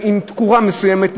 עם תקורה מסוימת,